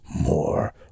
more